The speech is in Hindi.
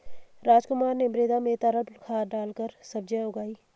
रामकुमार ने मृदा में तरल खाद डालकर सब्जियां उगाई